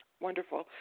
Wonderful